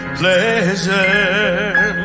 pleasure